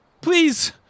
Please